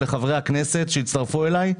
ולחברי הכנסת שהצטרפו אליי.